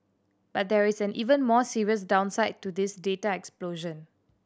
but there is an even more serious downside to this data explosion